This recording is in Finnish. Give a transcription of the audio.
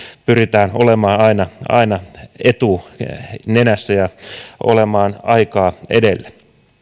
pyritään kyllä olemaan aina aina etunenässä ja olemaan aikaa edellä